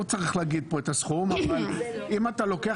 לא צריך להגיד כאן את הסכום אבל אם אתה לוקח